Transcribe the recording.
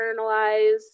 internalized